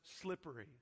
slippery